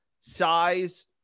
size